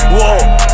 Whoa